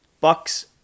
Bucks